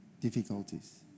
difficulties